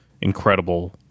incredible